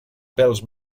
pèls